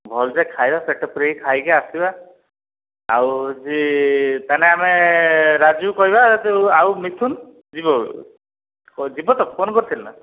ଭଲରେ ଖାଇବା ପେଟ ପୁରେଇକି ଖାଇକି ଆସିବା ଆଉ ତାହେନେ ଆମେ ରାଜୁକୁ କହିବା ଆଉ ମିଥୁନ ଯିବ ଯିବ ତ ଫୋନ୍ କରିଥିଲୁ ନା